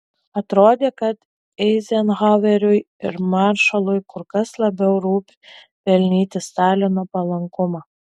atrodė kad eizenhaueriui ir maršalui kur kas labiau rūpi pelnyti stalino palankumą